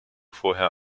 vorher